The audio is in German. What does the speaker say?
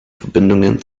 verbindung